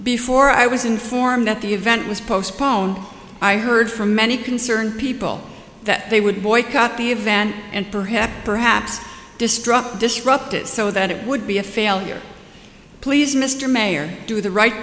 before i was informed that the event was postponed i heard from many concerned people that they would boycott the event and perhaps perhaps disrupt disrupt it so that it would be a failure please mr mayor do the right